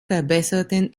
verbesserten